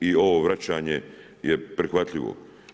I ovo vraćanje je prihvatljivo.